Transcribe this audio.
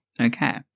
Okay